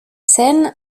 sen